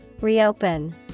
Reopen